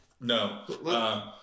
no